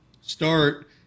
start